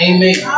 Amen